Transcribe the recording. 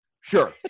Sure